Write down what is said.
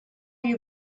you